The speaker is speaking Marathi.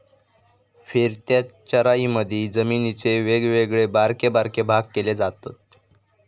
फिरत्या चराईमधी जमिनीचे वेगवेगळे बारके बारके भाग केले जातत